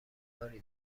کاری